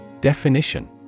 Definition